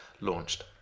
launched